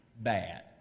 bad